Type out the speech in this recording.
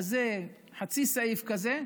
חצי סעיף כזה,